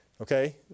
Okay